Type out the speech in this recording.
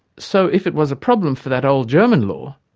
so if it was a problem for that old german law,